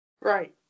Right